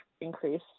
increase